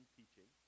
teaching